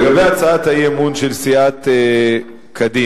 לגבי הצעת האי-אמון של סיעת קדימה,